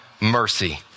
mercy